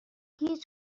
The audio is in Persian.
هیچ